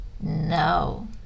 No